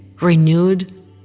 renewed